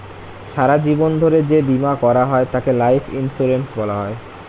সারা জীবন ধরে যে বীমা করা হয় তাকে লাইফ ইন্স্যুরেন্স বলা হয়